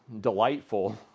delightful